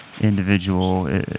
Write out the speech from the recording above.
individual